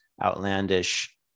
outlandish